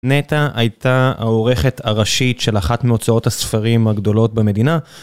נטע הייתה העורכת הראשית של אחת מהוצאות הספרים הגדולות במדינה.